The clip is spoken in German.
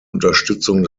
unterstützung